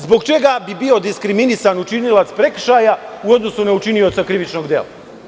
Zbog čega bi bio diskriminisan učinilac prekršaja u odnosu na učinioca krivičnog dela?